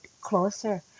closer